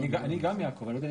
מסודרת.